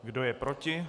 Kdo je proti?